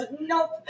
nope